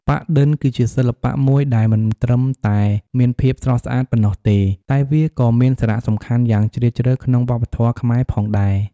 ប៉ាក់-ឌិន គឺជាសិល្បៈមួយដែលមិនត្រឹមតែមានភាពស្រស់ស្អាតប៉ុណ្ណោះទេ តែវាក៏មានសារៈសំខាន់យ៉ាងជ្រាលជ្រៅក្នុងវប្បធម៌ខ្មែរផងដែរ។